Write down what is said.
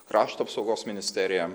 krašto apsaugos ministerija